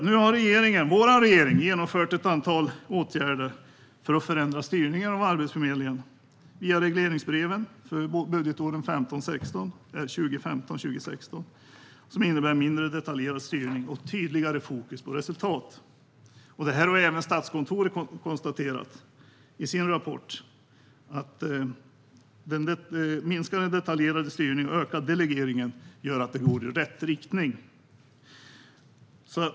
Nu har vår regering genomfört ett antal åtgärder för att förändra styrningen av Arbetsförmedlingen, via regleringsbreven för budgetåren 2015-2016, som innebär mindre detaljerad styrning och tydligare fokus på resultat. Även Statskontoret konstaterar i sin rapport att den minskade detaljstyrningen och ökade delegeringen gör att det går i rätt riktning.